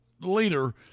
leader